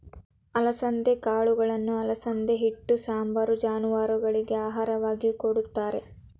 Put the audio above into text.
ಅಲಸಂದೆ ಕಾಳುಗಳನ್ನು ಅಲಸಂದೆ ಹಿಟ್ಟು, ಸಾಂಬಾರ್, ಜಾನುವಾರುಗಳಿಗೆ ಆಹಾರವಾಗಿಯೂ ಕೊಡುತ್ತಾರೆ